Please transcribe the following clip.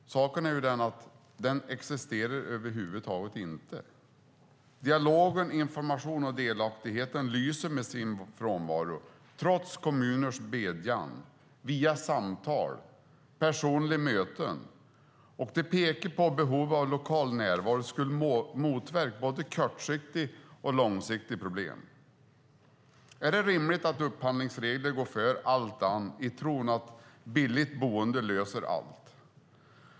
Saken är ju den att den existerar över huvud taget inte. Dialog, information och delaktighet lyser med sin frånvaro, trots kommuners bedjan via samtal, via personliga möten. Det visar på att lokal närvaro skulle motverka både kortsiktiga och långsiktiga problem. Är det rimligt att upphandlingsregler ska gå före allt annat i tron att billigt boende löser allt?